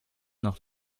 noch